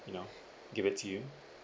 you know give it to you